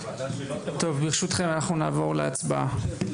טוב, ברשותכם אנחנו נעבור להצבעה.